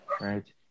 right